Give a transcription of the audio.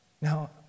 Now